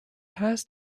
pass